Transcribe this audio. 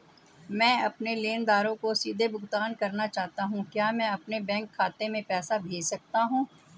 मैं अपने लेनदारों को सीधे भुगतान करना चाहता हूँ क्या मैं अपने बैंक खाते में पैसा भेज सकता हूँ?